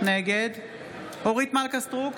נגד אורית מלכה סטרוק,